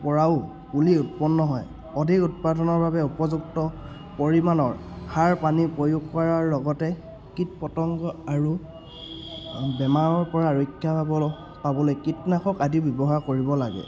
পৰাও পুলি উৎপন্ন হয় অধিক উৎপাদনৰ বাবে উপযুক্ত পৰিমাণৰ সাৰ পানী প্ৰয়োগ কৰাৰ লগতে কীট পতংগ আৰু বেমাৰৰপৰা ৰক্ষা পাবলৈ পাবলৈ কীটনাশক আদি ব্যৱহাৰ কৰিব লাগে